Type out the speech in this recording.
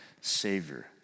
Savior